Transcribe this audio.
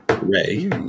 ray